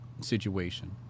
situation